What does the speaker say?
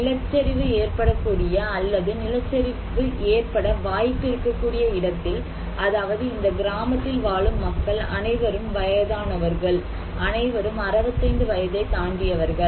நிலச்சரிவு ஏற்பட கூடிய அல்லது நிலச்சரிவு ஏற்பட வாய்ப்பு இருக்கக்கூடிய இடத்தில் அதாவது இந்த கிராமத்தில் வாழும் மக்கள் அனைவரும் வயதானவர்கள் அனைவரும் 65 வயதை தாண்டியவர்கள்